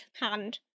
hand